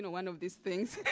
one of these things